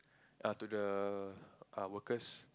err to the err workers